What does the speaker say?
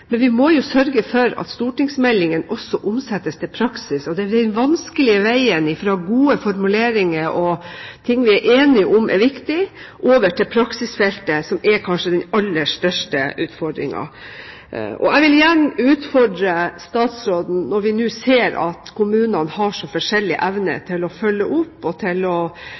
men vi må jo sørge for at stortingsmeldingen også omsettes i praksis. Det er den vanskelige veien fra gode formuleringer og ting vi er enige om er viktig, og over til praksisfeltet som er kanskje den aller største utfordringen. Jeg vil gjerne utfordre statsråden, når vi nå ser at kommunene har så forskjellig evne til å følge opp og til å